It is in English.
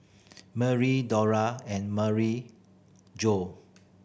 Merri Dora and Maryjo